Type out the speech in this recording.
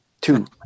Two